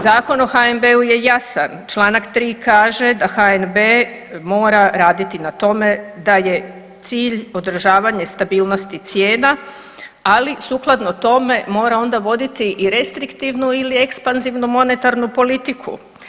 Zakon o HNB-u je jasan, čl. 3. kaže da HNB mora raditi na tome da je cilj održavanje stabilnosti cijena, ali sukladno tome mora onda voditi i restriktivnu ili ekspanzivnu monetarnu politiku.